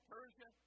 Persia